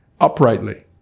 uprightly